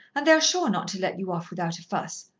and they are sure not to let you off without a fuss.